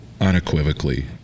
unequivocally